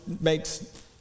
makes